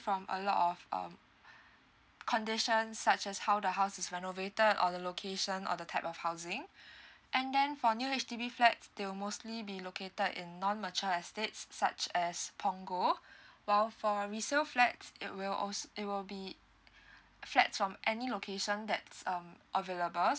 from a lot of um conditions such as how the house is renovated or the location or the type of housing and then for new H_D_B flat it'll mostly be located in non mature estate such as punggol while for resell flat it will al~ it will be flat from any location that's um available